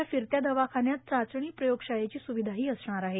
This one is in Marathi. या फिरत्या दवाखान्यात चाचणी प्रयोगशाळेची सुविधा असणार आहे